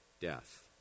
death